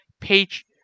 Page